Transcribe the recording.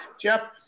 Jeff